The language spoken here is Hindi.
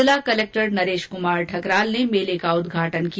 जिला कलेक्टर नरेश कुमार ठकराल ने मेले का उद्घाटन किया